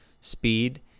speed